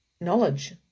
Knowledge